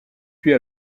puis